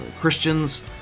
Christians